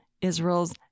Israel's